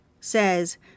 says